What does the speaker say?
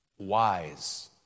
wise